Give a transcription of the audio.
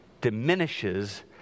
diminishes